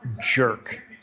jerk